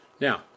Now